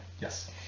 yes